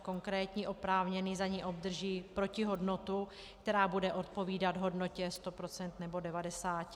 Konkrétní oprávněný za ni obdrží protihodnotu, která bude odpovídat hodnotě 100 % nebo 90.